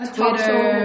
Twitter